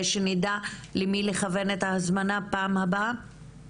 על מנת שנדע למי לכוון את ההזמנה לדיון הבא שייערך בנושא?